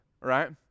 right